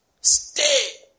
Stay